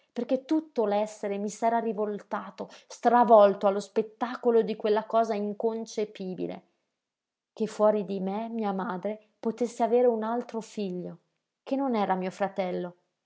perché tutto l'essere mi s'era rivoltato stravolto allo spettacolo di quella cosa inconcepibile che fuori di me mia madre potesse avere un altro figlio che non era mio fratello